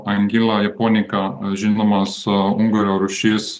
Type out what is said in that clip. anguilla japonica žinomas ungurio rūšis